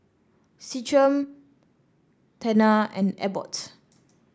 Centrum Tena and Abbott